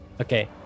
okay